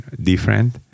different